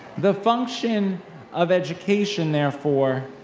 the function of education, therefore,